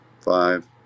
five